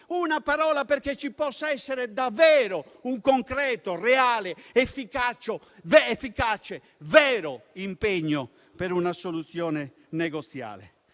una parola perché ci possa essere davvero un concreto, reale, efficace, vero impegno per una soluzione negoziale.